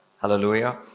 Hallelujah